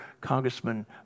congressman